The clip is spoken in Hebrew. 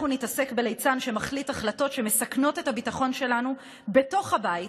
נתעסק בליצן שמחליט החלטות שמסכנות את הביטחון שלנו בתוך הבית,